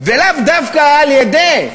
ולאו דווקא על-ידי